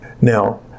Now